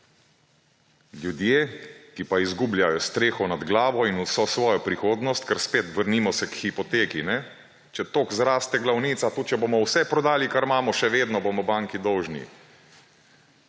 Ljudje, ki pa izgubljajo streho nad glavo in vso svojo prihodnost, ker – spet vrnimo se k hipoteki – če toliko zraste glavnica, tudi če bomo vse prodali, kar imamo, še vedno bomo banki dolžni.